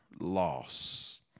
loss